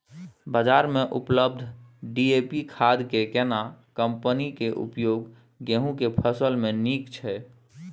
बाजार में उपलब्ध डी.ए.पी खाद के केना कम्पनी के उपयोग गेहूं के फसल में नीक छैय?